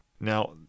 now